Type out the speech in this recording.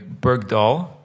Bergdahl